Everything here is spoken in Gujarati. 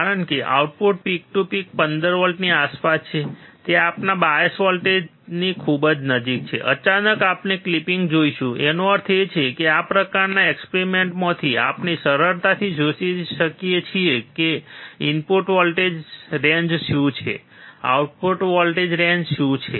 કારણ કે આઉટપુટ પીક ટુ પીક 15 વોલ્ટની આસપાસ છે તે આપણા બાયસ વોલ્ટેજની ખૂબ નજીક છે અચાનક આપણે ક્લિપિંગ જોઈશું તેનો અર્થ એ છે કે આ પ્રકારના એક્સપેરિમેન્ટમાંથી આપણે સરળતાથી શોધી શકીએ છીએ કે ઇનપુટ વોલ્ટેજ રેન્જ શું છે આઉટપુટ વોલ્ટેજ રેન્જ શું છે